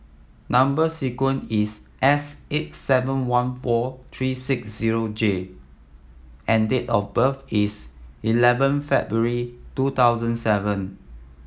number sequence is S eight seven one four three six zero J and date of birth is eleven February two thousand seven